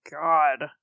god